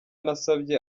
nasabye